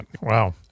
Wow